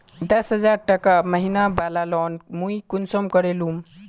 दस हजार टका महीना बला लोन मुई कुंसम करे लूम?